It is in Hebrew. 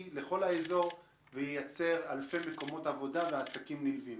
לכל האזור וייצר אלפי מקומות עבודה ועסקים נלווים.